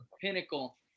Pinnacle